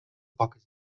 poques